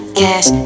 cash